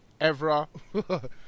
Evra